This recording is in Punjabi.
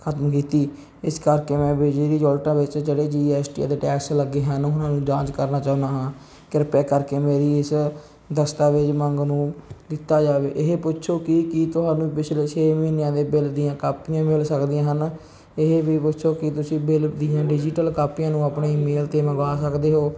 ਖਤਮ ਕੀਤੀ ਇਸ ਕਰਕੇ ਮੈਂ ਬਿਜਲੀ ਦੀ ਯੂਨਿਟਾਂ ਵਿੱਚ ਜਿਹੜੇ ਜੀ ਐਸ ਟੀ ਦੇ ਟੈਕਸ ਲੱਗੇ ਹਨ ਉਹਨਾਂ ਨੂੰ ਜਾਂਚ ਕਰਨਾ ਚਾਹੁੰਦਾ ਹਾਂ ਕਿਰਪਾ ਕਰਕੇ ਮੇਰੀ ਇਸ ਦਸਤਾਵੇਜ ਮੰਗ ਨੂੰ ਦਿੱਤਾ ਜਾਵੇ ਇਹ ਪੁੱਛੋ ਕਿ ਕੀ ਤੁਹਾਨੂੰ ਪਿਛਲੇ ਛੇ ਮਹੀਨਿਆਂ ਦੇ ਬਿੱਲ ਦੀਆਂ ਕਾਪੀਆਂ ਮਿਲ ਸਕਦੀਆਂ ਹਨ ਇਹ ਵੀ ਪੁੱਛੋ ਕਿ ਤੁਸੀਂ ਬਿੱਲ ਦੀਆਂ ਡਿਜੀਟਲ ਕਾਪੀਆਂ ਨੂੰ ਆਪਣੀ ਮੇਲ 'ਤੇ ਮੰਗਵਾ ਸਕਦੇ ਹੋ